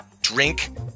drink